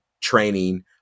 training